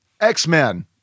X-Men